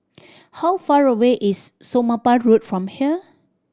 how far away is Somapah Road from here